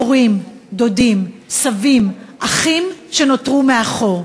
הורים, דודים, סבים, אחים, שנותרו מאחור.